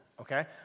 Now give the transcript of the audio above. okay